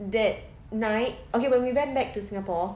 that night okay when we went back to singapore